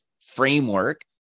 framework